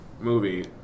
movie